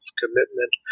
commitment